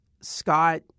Scott